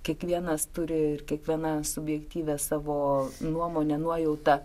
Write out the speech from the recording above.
kiekvienas turi ir kiekviena subjektyvią savo nuomonę nuojautą